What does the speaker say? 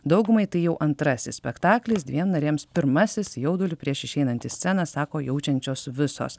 daugumai tai jau antrasis spektaklis dviem narėms pirmasis jaudulį prieš išeinant į sceną sako jaučiančios visos